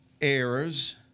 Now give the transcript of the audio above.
errors